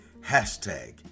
hashtag